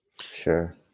sure